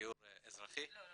גיור אזרחי --- לא,